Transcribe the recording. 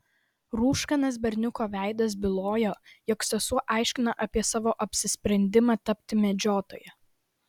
rūškanas berniuko veidas bylojo jog sesuo aiškina apie savo apsisprendimą tapti medžiotoja